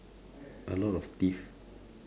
a lot of teeth